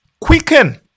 quicken